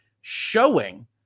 showing